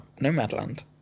Nomadland